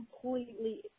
completely